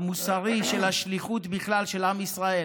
המוסרי, של השליחות בכלל של עם ישראל,